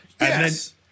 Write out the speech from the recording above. yes